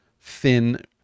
thin